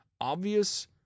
obvious